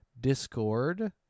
Discord